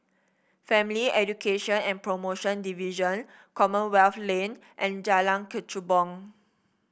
Family Education and Promotion Division Commonwealth Lane and Jalan Kechubong